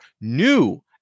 new